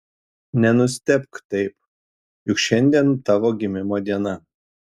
nenustebk taip juk šiandien tavo gimimo diena